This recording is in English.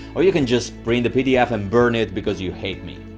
or you can just print the pdf and burn it because you hate me.